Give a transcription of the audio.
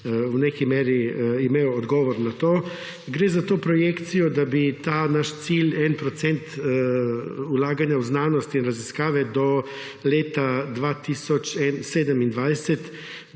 v neki meri imel odgovor na to. Gre za to projekcijo, da bi ta naš cilj en procent vlaganja v znanost in raziskave do leta 2027